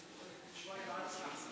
נקמה.